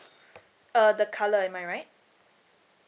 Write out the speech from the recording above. uh the colour am I right